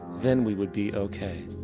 then we would be okay.